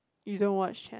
you don't watch channel